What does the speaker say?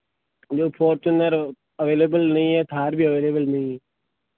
जो Fortuner available नहीं है थार भी अवेलेबल नहीं है